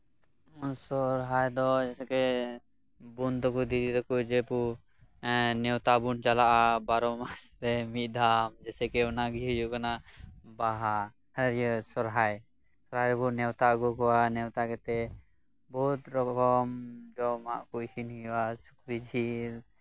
ᱥᱚᱨᱟᱭ ᱨᱮᱫᱚ ᱵᱳᱱ ᱛᱟᱠᱚ ᱫᱤᱫᱤ ᱛᱟᱠᱚ ᱱᱮᱣᱛᱟ ᱵᱚᱱ ᱪᱟᱞᱟᱜᱼᱟ ᱵᱟᱨᱚ ᱢᱟᱥᱨᱮ ᱢᱤᱫᱫᱷᱟᱣ ᱡᱮᱭᱥᱮ ᱠᱤ ᱦᱩᱭᱩᱜ ᱠᱟᱱᱟ ᱵᱟᱦᱟ ᱦᱟᱹᱨ ᱥᱚᱨᱦᱟᱭ ᱥᱚᱨᱦᱟᱭ ᱨᱮᱵᱚᱱ ᱱᱮᱣᱛᱟ ᱟᱹᱜᱩ ᱠᱚᱣᱟ ᱱᱮᱣᱛᱟ ᱟᱹᱜᱩ ᱠᱟᱛᱮᱜ ᱵᱚᱦᱩᱫ ᱨᱚᱠᱚᱢ ᱡᱚᱢᱟᱜ ᱠᱚ ᱤᱥᱤᱱ ᱡᱚᱝ ᱟ ᱡᱮᱭᱥᱮᱠᱤ ᱥᱩᱠᱨᱤ ᱡᱤᱞ